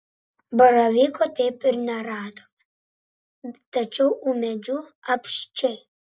baravykų taip ir neradome tačiau ūmėdžių apsčiai